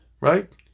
right